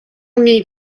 need